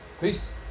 Peace